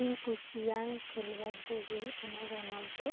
ᱤᱧ ᱠᱩᱥᱤᱭᱟᱱ ᱠᱷᱮᱞᱳᱣᱟᱲ ᱫᱚᱭ ᱦᱩᱭᱩᱜ ᱠᱟᱱᱟ ᱨᱳᱱᱟᱞᱰᱳ